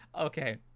okay